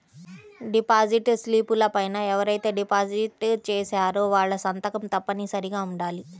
deposit స్లిపుల పైన ఎవరైతే డిపాజిట్ చేశారో వాళ్ళ సంతకం తప్పనిసరిగా ఉండాలి